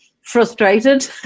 frustrated